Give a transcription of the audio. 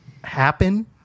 happen